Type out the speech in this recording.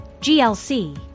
GLC